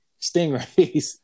stingrays